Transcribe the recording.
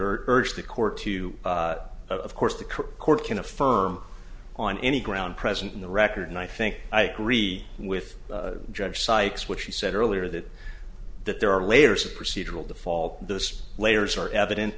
urge the court to of course the court can affirm on any ground present in the record and i think i agree with judge sykes what she said earlier that that there are layers of procedural default those layers are evident